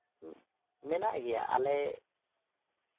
ᱢᱮᱱᱟᱜ ᱜᱮᱭᱟ ᱟᱞᱮ